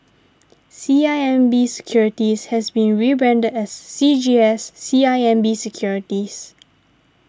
C I M B Securities has been rebranded as C G S C I M B Securities